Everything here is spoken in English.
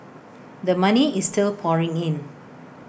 the money is still pouring in